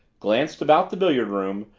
glanced about the billiard room,